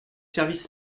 services